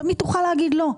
תמיד תוכל להגיד לא.